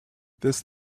this